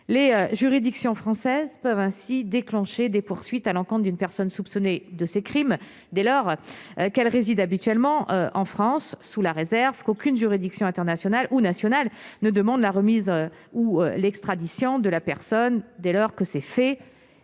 les juridictions françaises peuvent ainsi déclencher des poursuites à l'encontre une personne soupçonnée de ces crimes, dès lors qu'elle réside habituellement en France sous la réserve qu'aucune juridiction internationale ou nationale ne demandent la remise ou l'extradition de la personne, dès lors que ces faits